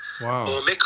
Wow